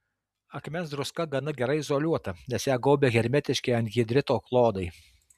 akmens druska gana gerai izoliuota nes ją gaubia hermetiški anhidrito klodai